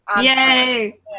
Yay